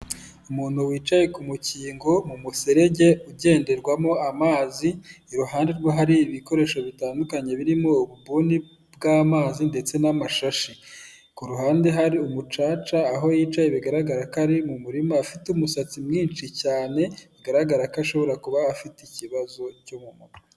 Umuntu wicaye ku mukingo mu muserege ugenderwamo amazi, iruhande rwe hari ibikoresho bitandukanye birimo ububuni bw'amazi ndetse n'amashashi. Ku ruhande hari umucaca aho yicaye bigaragara ko ari mu murima, afite umusatsi mwinshi cyane, bigaragara ko ashobora kuba afite ikibazo cyo mu mutwe.